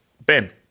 Ben